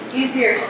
easier